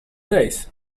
days